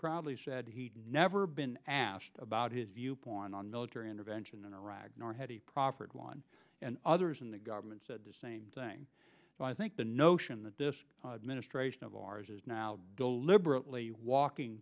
probably said he'd never been asked about his viewpoint on military intervention in iraq nor had he proffered one and others in the government said the same thing but i think the notion that this administration of ours is now deliberately walking